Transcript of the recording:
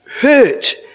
hurt